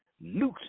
Loose